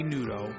Nudo